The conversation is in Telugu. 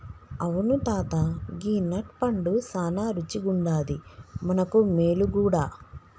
అవును తాత గీ నట్ పండు సానా రుచిగుండాది మనకు మేలు గూడా